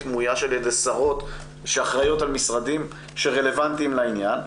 מאויש גם על ידי שרות שאחראיות על משרדים שרלוונטיים לעניין.